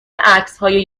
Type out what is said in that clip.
عکسهای